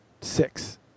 six